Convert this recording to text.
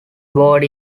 board